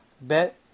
Bet